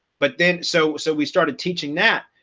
but then so so we started teaching that,